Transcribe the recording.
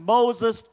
Moses